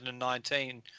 2019